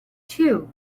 too